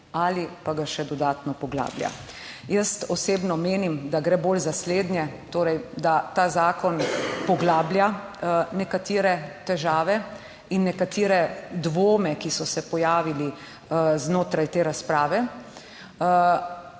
Ali pa ga še dodatno poglablja? Jaz osebno menim, da gre bolj za slednje, torej da ta zakon poglablja nekatere težave in nekatere dvome, ki so se pojavili znotraj te razprave.